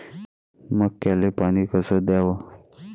मक्याले पानी कस द्याव?